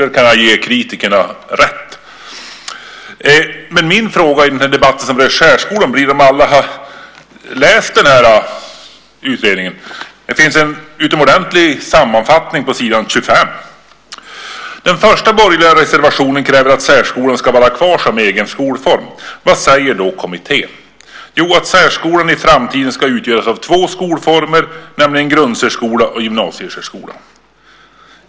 Där kan jag ge kritikerna rätt. Men min fråga i debatten om särskolan är om alla har läst utredningen. Det finns en utomordentlig sammanfattning på s. 25. Den första borgerliga reservationen kräver att särskolan ska vara kvar som egen skolform. Vad säger då kommittén? Jo, att särskolan i framtiden ska utgöras av två skolformer, nämligen grundsärskola och gymnasiesärskola.